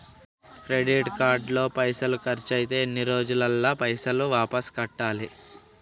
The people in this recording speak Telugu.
క్రెడిట్ కార్డు లో పైసల్ ఖర్చయితే ఎన్ని రోజులల్ల పైసల్ వాపస్ కట్టాలే?